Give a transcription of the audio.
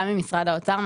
גם ממשרד האוצר,